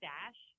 Dash